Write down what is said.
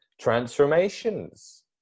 transformations